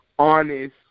Honest